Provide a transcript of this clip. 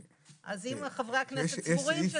אז אם חברי הכנסת סבורים,